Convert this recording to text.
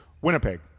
winnipeg